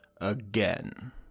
again